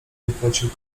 zapłacił